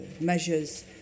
measures